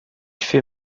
fait